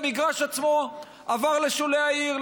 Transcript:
המגרש עצמו עבר לשולי העיר,